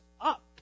up